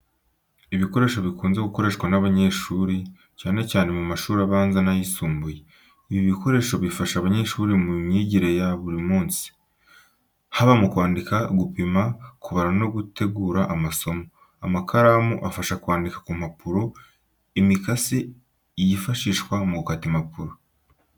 Ibikoresho bikunze gukoreshwa n’abanyeshuri, cyane cyane mu mashuri abanza n'ayisumbuye. Ibi bikoresho bifasha abanyeshuri mu myigire ya buri munsi, haba mu kwandika, gupima, kubara no gutegura amasomo. Amakaramu afasha kwandika ku mpapuro, imikasi yifashishwa mu gukata impapuro.